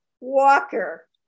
walker